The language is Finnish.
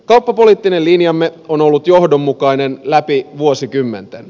kauppapoliittinen linjamme on ollut johdonmukainen läpi vuosikymmenten